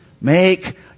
make